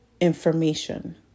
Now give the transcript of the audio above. information